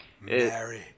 Mary